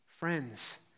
Friends